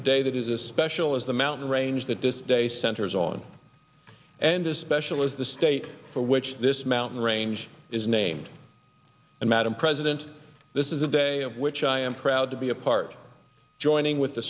a day that is this special is the mountain range that this day centers on and especially as the state for which this mountain range is named and madam president this is a day of which i am proud to be a part of joining with the